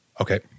Okay